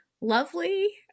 lovely